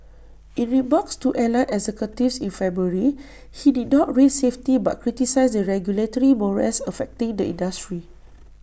in remarks to airline executives in February he did not raise safety but criticised the regulatory morass affecting the industry